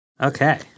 Okay